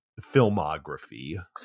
filmography